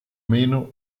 meno